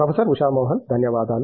professor Usha Mohan ధన్యవాదాలు